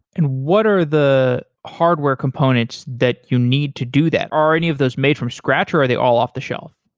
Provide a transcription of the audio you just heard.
and what are the hardware components that you need to do that? are any of those made from scratch or are they all off the shelf?